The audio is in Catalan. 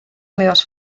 meves